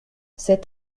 cet